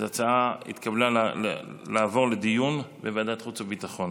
אז ההצעה התקבלה לעבור לדיון בוועדת החוץ והביטחון.